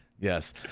Yes